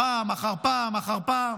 פעם אחר פעם אחר פעם?